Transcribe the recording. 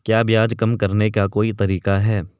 क्या ब्याज कम करने का कोई तरीका है?